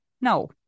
No